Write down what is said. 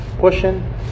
pushing